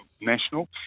national